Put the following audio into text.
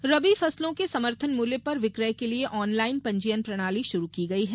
पंजीयन रबी फसलों के समर्थन मूल्य पर विक्रय के लिये ऑनलाइन पंजीयन प्रणाली शुरू की गई है